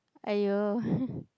!aiyo!